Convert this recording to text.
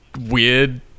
weird